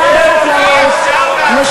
משרד החקלאות ופיתוח הכפר,